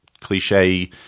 cliche